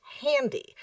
Handy